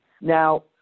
Now